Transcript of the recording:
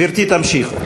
גברתי תמשיך.